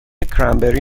کرنبری